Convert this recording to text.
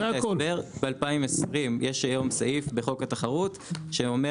ב-2020 יש היום סעיף בחוק התחרות שאומר